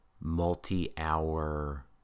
multi-hour